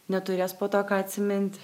neturės po to ką atsiminti